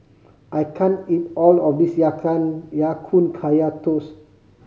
I can't eat all of this ya Ya Kun Kaya Toast